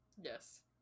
Yes